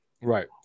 Right